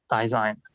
Design